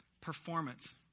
performance